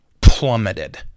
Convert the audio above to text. plummeted